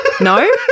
No